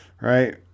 Right